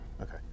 Okay